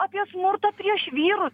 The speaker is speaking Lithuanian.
apie smurtą prieš vyrus